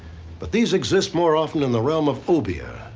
but these exist more often in the realm of obeah,